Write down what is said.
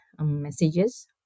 messages